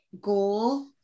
goal